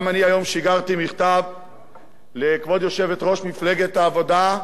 גם אני שיגרתי היום מכתב לכבוד יושבת-ראש מפלגת העבודה,